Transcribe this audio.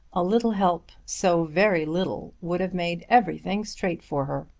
a little help so very little would have made everything straight for her!